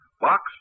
box